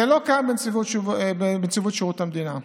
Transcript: זה לא קיים בנציבות שירות המדינה,